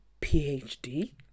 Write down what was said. phd